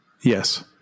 Yes